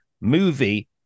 movie